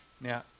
Now